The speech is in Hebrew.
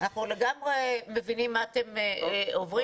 אנחנו לגמרי מבינים מה אתם עוברים